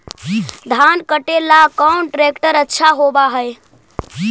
धान कटे ला कौन ट्रैक्टर अच्छा होबा है?